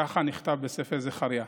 כך נכתב בספר זכריה.